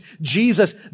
Jesus